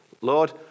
Lord